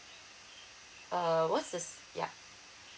uh what's this ya